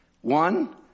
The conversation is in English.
One